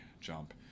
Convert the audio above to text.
jump